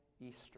Easter